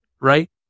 right